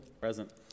Present